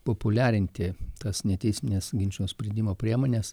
populiarinti tas neteismines ginčų sprendimo priemones